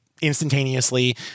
instantaneously